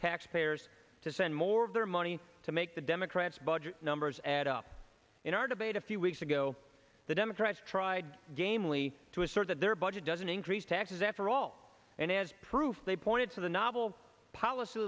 taxpayers to spend more of their money to make the democrats budget numbers add up in our debate a few weeks ago the democrats tried gamely to assert that their budget doesn't increase taxes after all and as proof they pointed to the novel policy